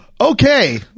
Okay